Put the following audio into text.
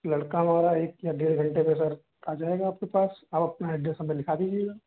लड़का हमारा एक या डेढ़ घंटे में सर आ जाएगा आपके पास आप अपना एड्रेस हमें लिखा दीजिएगा